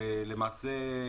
ולמעשה,